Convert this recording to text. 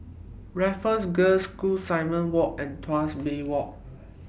Raffles Girls' School Simon Walk and Tuas Bay Walk